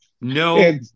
no